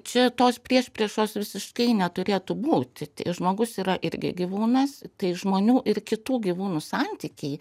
čia tos priešpriešos visiškai neturėtų būti žmogus yra irgi gyvūnas tai žmonių ir kitų gyvūnų santykiai